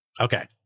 Okay